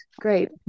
great